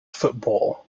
football